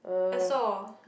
a saw